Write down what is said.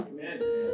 Amen